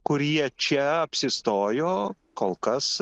kurie čia apsistojo kol kas